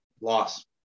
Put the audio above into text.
Loss